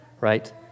right